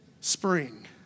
spring